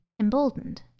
emboldened